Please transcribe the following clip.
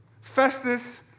Festus